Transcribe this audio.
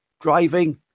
driving